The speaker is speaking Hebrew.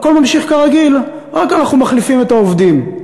הכול ממשיך כרגיל, רק אנחנו מחליפים את העובדים.